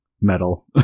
metal